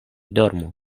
dormu